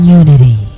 unity